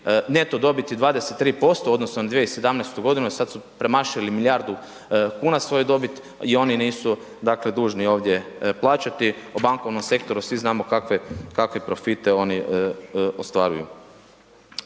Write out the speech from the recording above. neto dobiti 23% u odnosu na 2017.g. i sad su premašili milijardu kuna svoje dobit i oni nisu, dakle, dužni ovdje plaćati. O bankovnom sektoru svi znamo kakve profite oni ostvaruju.